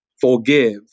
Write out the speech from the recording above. forgive